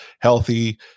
healthy